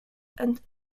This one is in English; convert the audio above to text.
and